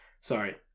Sorry